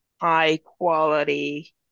high-quality